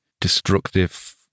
destructive